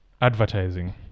advertising